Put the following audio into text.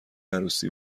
عروسی